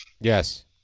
Yes